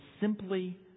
simply